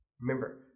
Remember